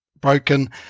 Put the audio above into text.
broken